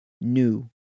new